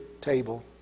table